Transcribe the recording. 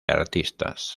artistas